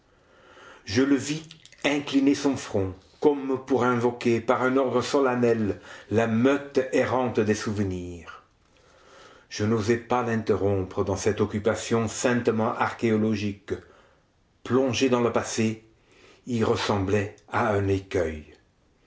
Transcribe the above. je le vis incliner son front comme pour invoquer par un ordre solennel la meute errante des souvenirs je n'osais pas l'interrompre dans cette occupation saintement archéologique plongé dans le passé il ressemblait à un écueil